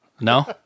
No